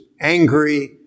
angry